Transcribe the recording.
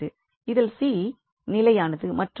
இதில் 𝐶 நிலையானது மற்றும் 𝐻𝑡 − 𝑎 ஹெவிசைடு பங்ஷன்